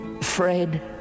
Fred